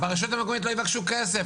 מהרשות המקומית לא יבקשו כסף.